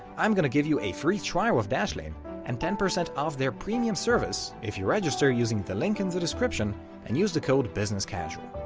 i'm gonna give you a free trial of dashlane and ten percent off their premium service if register using the link in the description and use the code businesscasual.